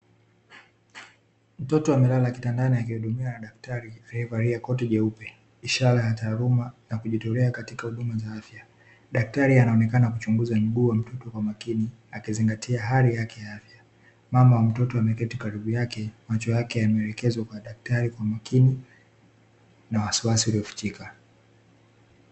Mtoto amelala kitandani akihudumiwa na daktari alievalia koti jeupe, ishara ya taaluma ya kujitolea katika huduma za afya, dakatari akionekana kuchunguza mguu wa mtoto kwa makini akizingatia hali yake ya afya, mama wa mtoto ameketi karibu yake, macho yake yameelekezwa kwa daktari kwa makini na wasiwasi uliofichika .